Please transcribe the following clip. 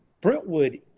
Brentwood